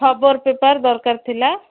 ଖବର ପେପର୍ ଦରକାର ଥିଲା